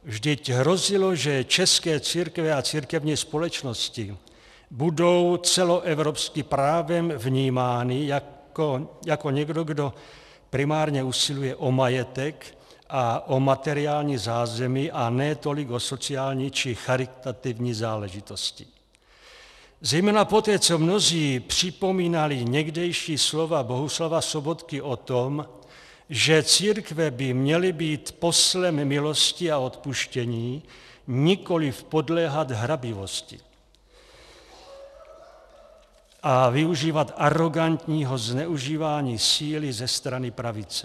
Vždyť hrozilo, že české církve a církevní společnosti budou celoevropsky právem vnímány jako někdo, kdo primárně usiluje o majetek a o materiální zázemí a ne tolik o sociální či charitativní záležitosti, zejména poté, co mnozí připomínali někdejší slova Bohuslava Sobotky o tom, že církve by měly být poslem milosti a odpuštění, nikoliv podléhat hrabivosti a využívat arogantního zneužívání síly ze strany pravice.